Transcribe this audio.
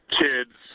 kids